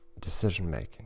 decision-making